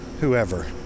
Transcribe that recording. whoever